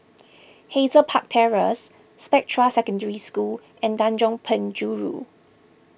Hazel Park Terrace Spectra Secondary School and Tanjong Penjuru